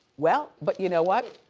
well, but you know what?